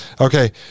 Okay